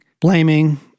blaming